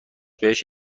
بهش